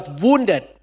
wounded